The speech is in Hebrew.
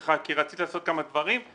שלך כי רצית לעשות כמה דברים,